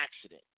accident